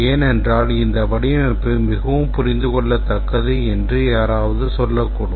ஏனென்றால் இந்த வடிவமைப்பு மிகவும் புரிந்துகொள்ளத்தக்கது என்று யாராவது சொல்லக்கூடும்